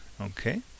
Okay